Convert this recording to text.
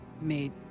made